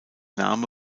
name